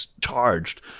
charged